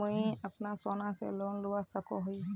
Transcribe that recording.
मुई अपना सोना से लोन लुबा सकोहो ही?